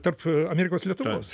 tarp amerikos lietuvos